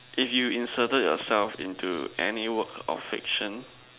if you inserted yourself into any work of fiction